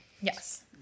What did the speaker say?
Yes